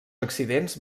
accidents